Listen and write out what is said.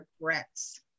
regrets